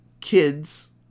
kids